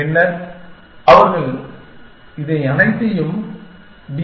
பின்னர் அவர்கள் இதை அனைத்து டி